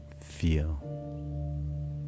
feel